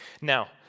Now